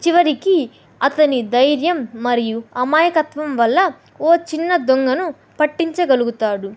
చివరికి అతని ధైర్యం మరియు అమాయకత్వం వల్ల ఒక చిన్న దొంగను పట్టించగలుగుతాడు